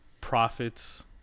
profits